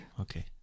Okay